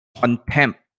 Contempt